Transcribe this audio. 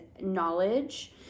knowledge